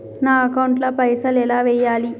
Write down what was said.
నా అకౌంట్ ల పైసల్ ఎలా వేయాలి?